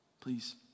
Please